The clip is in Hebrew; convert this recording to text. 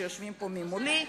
שיושבים פה מולי.